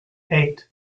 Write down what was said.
eight